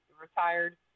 retired